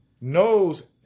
knows